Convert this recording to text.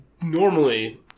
normally